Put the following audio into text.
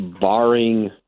barring